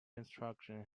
instruction